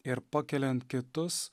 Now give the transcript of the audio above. ir pakeliant kitus